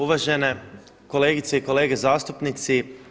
Uvažene kolegice i kolege zastupnici.